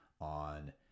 on